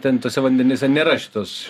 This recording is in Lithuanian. ten tuose vandenyse nėra šitos